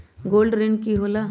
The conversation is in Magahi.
गोल्ड ऋण की होला?